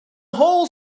whole